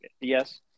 yes